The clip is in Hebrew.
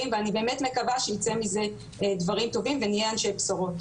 ואני באמת מקווה שייצא מזה דברים טובים ונהיה אנשי בשורות.